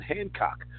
Hancock